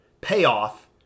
payoff